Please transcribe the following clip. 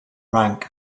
rank